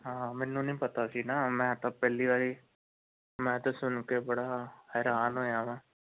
ਹਾਂ ਮੈਨੂੰ ਨਹੀਂ ਪਤਾ ਸੀ ਨਾ ਮੈਂ ਤਾਂ ਪਹਿਲੀ ਵਾਰੀ ਮੈਂ ਤਾਂ ਸੁਣ ਕੇ ਬੜਾ ਹੈਰਾਨ ਹੋਇਆ ਹਾਂ